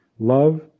love